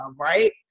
right